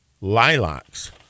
lilacs